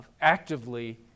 actively